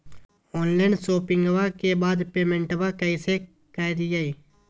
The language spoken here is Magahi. ऑनलाइन शोपिंग्बा के बाद पेमेंटबा कैसे करीय?